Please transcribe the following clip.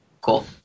Cool